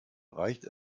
reicht